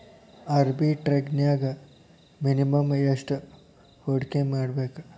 ಆರ್ಬಿಟ್ರೆಜ್ನ್ಯಾಗ್ ಮಿನಿಮಮ್ ಯೆಷ್ಟ್ ಹೂಡ್ಕಿಮಾಡ್ಬೇಕ್?